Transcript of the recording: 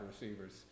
receivers